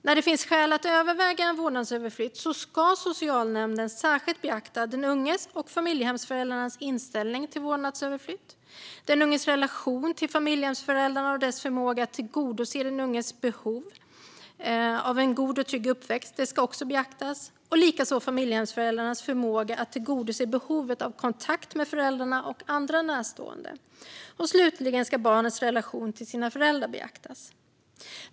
När det finns skäl att överväga en vårdnadsöverflyttning ska socialnämnden särskilt beakta den unges och familjehemsföräldrarnas inställning till en vårdnadsöverflyttning. Den unges relation till familjehemsföräldrarna och dess förmåga att tillgodose den unges behov av en god och trygg uppväxt ska också beaktas. Likaså ska familjehemsföräldrarnas förmåga beaktas vad gäller att tillgodose behovet av kontakt med föräldrarna och andra närstående. Slutligen ska barnets relation till dess föräldrar beaktas.